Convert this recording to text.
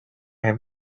have